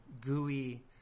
gooey